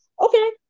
Okay